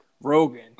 Rogan